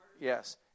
Yes